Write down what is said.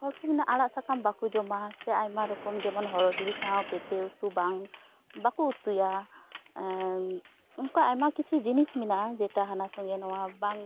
ᱦᱚᱲ ᱠᱚ ᱟᱲᱟᱜ ᱥᱟᱠᱟᱢ ᱵᱟᱠᱚ ᱡᱚᱢᱟ ᱥᱮ ᱟᱭᱢᱟ ᱨᱚᱠᱚᱢ ᱡᱮᱢᱚᱱ ᱦᱚᱨᱚ ᱡᱤᱞ ᱥᱟᱶ ᱯᱮᱸᱯᱮ ᱩᱛᱩ ᱵᱟᱝ ᱵᱟᱠᱚ ᱩᱛᱩᱭᱟ ᱚᱱᱠᱟ ᱟᱭᱢᱟ ᱠᱤᱪᱷᱩ ᱡᱤᱱᱤᱥ ᱢᱮᱱᱟᱜᱼᱟ ᱡᱮᱴᱟ ᱦᱟᱱᱟ ᱥᱚᱸᱜᱮ ᱵᱟᱝ